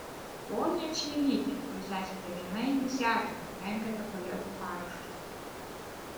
ponia čmilyte jūs esate viena iniciatorių renkate kolegų parašus